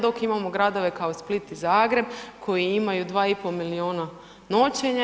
Dok imamo gradove kao Split i Zagreb koji imaju 2 i pol milijuna noćenja.